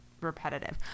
repetitive